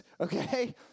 okay